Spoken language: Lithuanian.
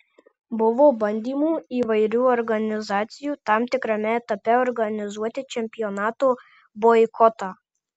buvo bandymų įvairių organizacijų tam tikrame etape organizuoti čempionato boikotą